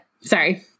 Sorry